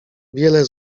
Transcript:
wiele